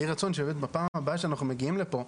יהי רצון שבפעם הבאה שאנחנו מגיעים לפה,